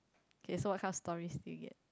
okay so what kind of story still yet